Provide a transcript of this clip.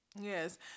Yes